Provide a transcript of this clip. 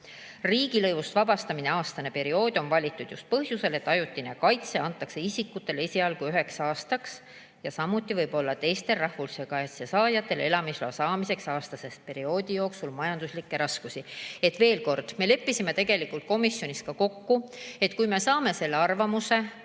Riigilõivust vabastamise aastane periood on valitud just põhjusel, et ajutine kaitse antakse isikutele esialgu üheks aastaks, samuti võib olla teistel rahvusvahelise kaitse saajatel elamisloa saamisest aastase perioodi jooksul majanduslikke raskusi."Veel kord: me leppisime komisjonis kokku, et kui me saame arvamuse